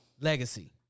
Legacy